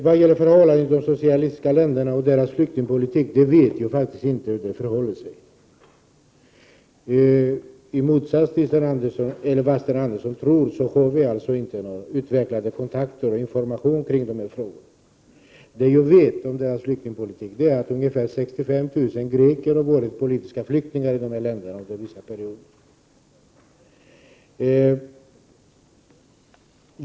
Jag vet faktiskt inte hur det förhåller sig med flyktingpolitiken i de socialistiska länderna. I motsats till vad Sten Andersson tror har vpk inte några kontakter utvecklade och får alltså ingen information kring dessa frågor. Vad jag vet om dessa länders flyktingpolitik är, att under vissa perioder har det funnits 65 000 greker som har varit politiska flyktingar.